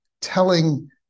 telling